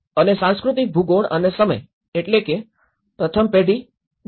અને સાંસ્કૃતિક ભૂગોળ અને સમય એટલે કે કે પ્રથમ પેઢી ૧